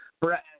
Brad